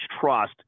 Trust